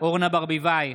אורנה ברביבאי,